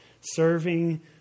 serving